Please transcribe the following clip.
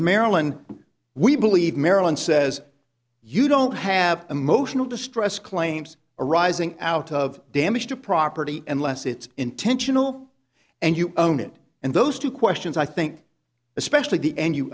maryland we believe maryland says you don't have emotional distress claims arising out of damage to property unless it's intentional and you own it and those two questions i think especially the end you